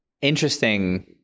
Interesting